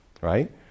right